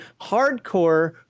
hardcore